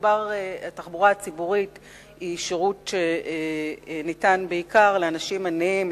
התחבורה הציבורית היא שירות שניתן בעיקר לאנשים עניים,